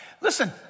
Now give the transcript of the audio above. Listen